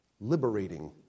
liberating